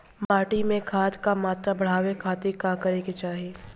माटी में खाद क मात्रा बढ़ावे खातिर का करे के चाहीं?